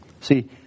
See